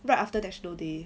right after national day